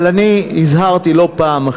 אבל אני הזהרתי לא פעם,